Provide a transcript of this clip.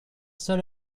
seul